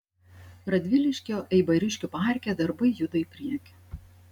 radviliškio eibariškių parke darbai juda į priekį